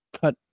cut